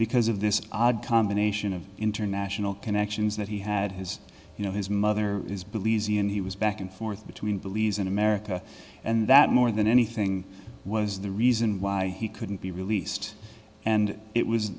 because of this odd combination of international connections that he had his you know his mother is believes he and he was back and forth between believes in america and that more than anything was the reason why he couldn't be released and it was